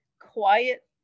quiet